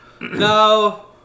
No